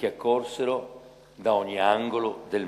ואשר הגיעו אליה מכל קצוות תבל.